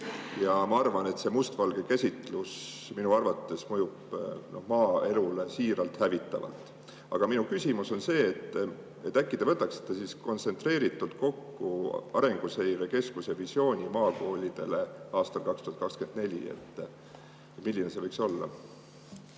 arvan tõesti, et see mustvalge käsitlus mõjub maaelule hävitavalt. Aga minu küsimus on see, et äkki te võtaksite siis kontsentreeritult kokku Arenguseire Keskuse visiooni maakoolidele aastani [2040]. Milline see võiks olla?